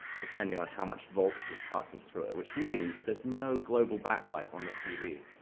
depending on how much voltage is passing through it, which means there's no global backlight on the tv.